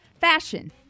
fashion